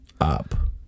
up